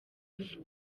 ivu